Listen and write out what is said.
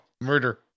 murder